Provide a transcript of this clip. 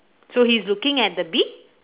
so he's looking at the bee